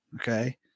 Okay